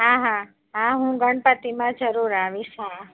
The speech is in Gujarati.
હા હા હા હું ગણપતિમાં જરૂર આવીશ હા હા